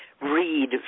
read